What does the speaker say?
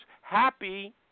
happy